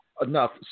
enough